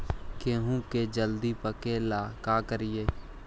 गेहूं के जल्दी पके ल का करियै?